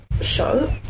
show